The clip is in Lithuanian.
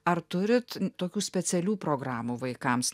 ar turit tokių specialių programų vaikams